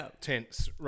tense